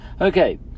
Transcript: Okay